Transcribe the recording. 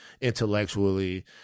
intellectually